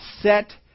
Set